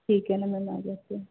ठीक है ना मैम मैं आ जाती हूँ